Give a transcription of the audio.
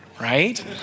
Right